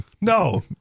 no